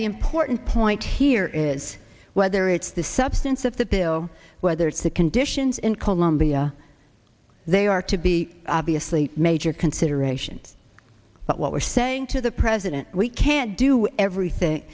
the important point here is whether it's the substance of the bill whether it's the conditions in colombia they are to be obviously major considerations but what we're saying to the president we can't do everything